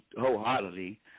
wholeheartedly